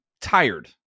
tired